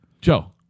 Joe